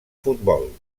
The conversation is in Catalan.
futbol